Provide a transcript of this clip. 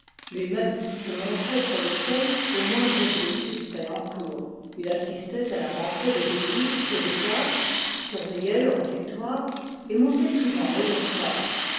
lui-même se montrait sur le seuil au moindre bruit suspect en cour il assistait à la rentrée des études et des classes surveillait le réfectoire et montait souvent au dortoir